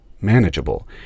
manageable